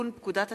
לתיקון פקודת